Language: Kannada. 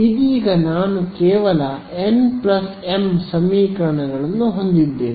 ಇದೀಗ ನಾನು ಕೇವಲ n m ಸಮೀಕರಣಗಳನ್ನು ಹೊಂದಿದ್ದೇನೆ